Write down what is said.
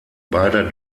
beider